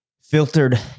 filtered